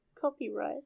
Copyright